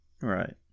Right